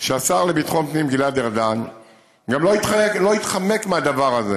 שהשר לביטחון פנים גלעד ארדן גם לא התחמק מהדבר הזה,